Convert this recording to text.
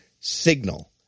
signal